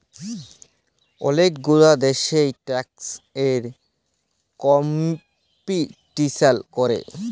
ওলেক গুলা দ্যাশে ট্যাক্স এ কম্পিটিশাল ক্যরে